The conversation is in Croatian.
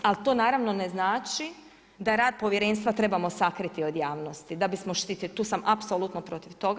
Ali to naravno ne znači da rad povjerenstva trebamo sakriti od javnosti, da bismo štitili, tu sam apsolutno protiv toga.